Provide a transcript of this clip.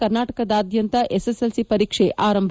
ಕರ್ನಾಟಕದಾದ್ಯಂತ ಎಸ್ಎಸ್ಎಲ್ಸಿ ಪರೀಕ್ಷೆ ಆರಂಭ